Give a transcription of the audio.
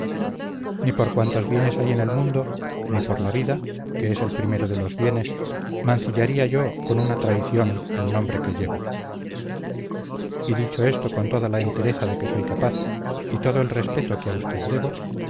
ni por cuantos bienes hay en el mundo ni por la vida que es el primero de los bienes mancillaría yo con una traición el nombre que llevo y dicho esto con toda la entereza de que soy capaz y todo el respeto que a usted debo